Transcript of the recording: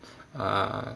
uh